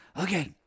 Okay